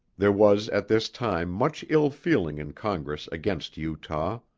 there was at this time much ill-feeling in congress against utah.